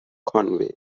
conway